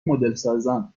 مدلسازان